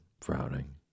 frowning